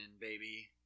baby